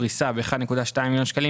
פריסה ב-1.2 מיליון שקלים,